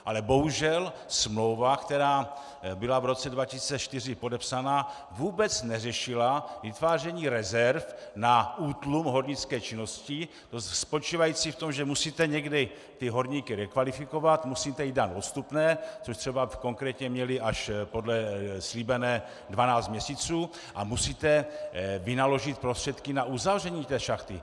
Ale bohužel smlouva, která byla v roce 2004 podepsaná, vůbec neřešila vytváření rezerv na útlum hornické činnosti spočívající v tom, že musíte někdy ty horníky rekvalifikovat, musíte jim dát odstupné, což třeba konkrétně měli slíbené až 12 měsíců, a musíte vynaložit prostředky na uzavření té šachty.